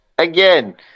Again